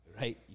right